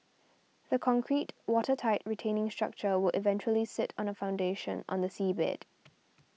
the concrete watertight retaining structure will eventually sit on a foundation on the seabed